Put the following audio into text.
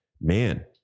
man